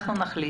אנחנו נחליט.